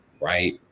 right